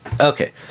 Okay